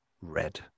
red